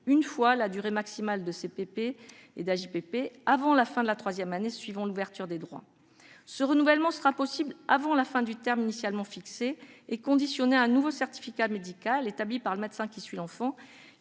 une fois la durée maximale du CPP et de l'AJPP avant la fin de la troisième année suivant l'ouverture des droits. Ce renouvellement sera possible avant la fin du terme initialement fixé et conditionné à la délivrance d'un nouveau certificat médical établi par le médecin qui suit l'enfant,